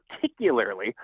particularly